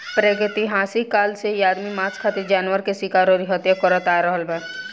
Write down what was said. प्रागैतिहासिक काल से ही आदमी मांस खातिर जानवर के शिकार अउरी हत्या करत आ रहल बा